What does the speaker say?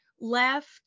left